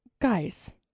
guys